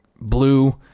blue